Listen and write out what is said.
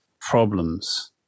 problems